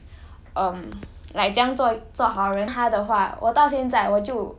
um like 怎样做做好人 and everything lah cause like